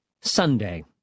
Sunday